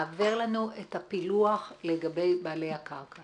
העבר לנו את הפילוח לגבי בעלי הקרקע